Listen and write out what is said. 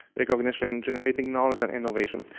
like recognition-generating knowledge and innovation.